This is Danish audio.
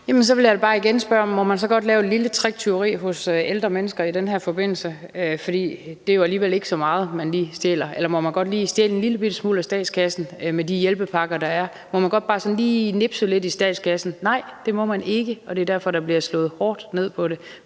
om man så godt må lave et lille tricktyveri hos ældre mennesker i den her forbindelse, for det er jo alligevel ikke så meget, man lige stjæler, eller om man godt lige må stjæle en lille bitte smule af statskassen med de hjælpepakker, der er, altså sådan lige nipse lidt i statskassen. Nej, det må man ikke, og det er derfor, der bliver slået hårdt ned på det.